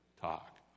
talk